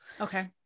Okay